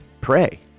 pray